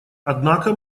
однако